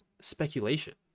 speculation